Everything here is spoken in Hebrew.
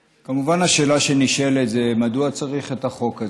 כמובן, השאלה שנשאלת היא מדוע צריך את החוק הזה.